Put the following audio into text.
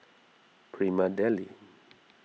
Prima Deli